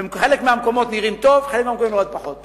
חלק מהמקומות נראים טוב, חלק מהמקומות פחות טוב.